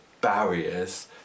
barriers